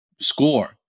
score